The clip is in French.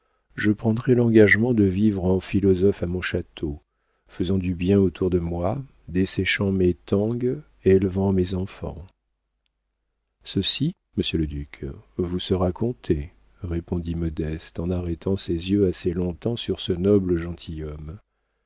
je prendrais l'engagement de vivre en philosophe à mon château faisant du bien autour de moi desséchant mes tangues élevant mes enfants ceci monsieur le duc vous sera compté répondit modeste en arrêtant ses yeux assez longtemps sur ce noble gentilhomme